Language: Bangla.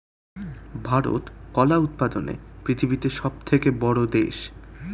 ভারত কলা উৎপাদনে পৃথিবীতে সবথেকে বড়ো দেশ